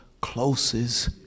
closest